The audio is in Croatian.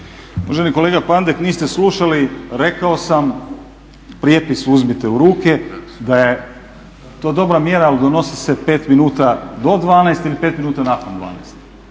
Uvaženi kolega Pandek niste slušali, rekao sam prijepis uzmite u ruke da je to dobra mjera ali donosi se pet minuta do dvanaest ili pet minuta nakon dvanaest.